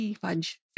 Fudge